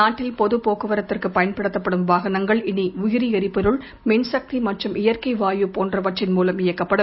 நாட்டில் பொது போக்குவரத்துக்கு பயன்படுத்தப்படும் வாகனங்கள் இனி உயிரி எரிபொருள் மின்சக்தி மற்றும் இயற்கை வாயு போன்றவற்றின் மூலம் இயக்கப்படும்